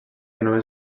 només